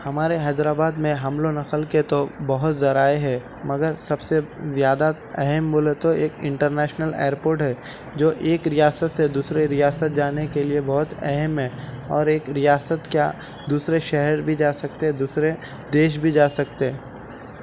ہمارے حیدر آباد میں حمل و نقل کے تو بہت ذرائع ہے مگر سب سے زیادہ اہم بولے تو ایک انٹرنیشنل ایئرپورٹ ہے جو ایک ریاست سے دوسرے ریاست جانے کے لئے بہت اہم ہے اور ایک ریاست کیا دوسرے شہر بھی جا سکتے دوسرے دیش بھی جا سکتے